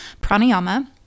pranayama